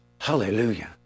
Hallelujah